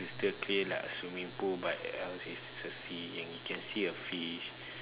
crystal clear like a swimming pool but else is is a sea and we can see a fish